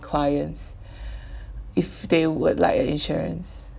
clients if they would like a insurance